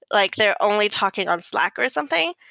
like they're only talking on slack or something,